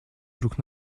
друг